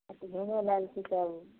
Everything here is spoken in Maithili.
घुमै ले आएल छी तब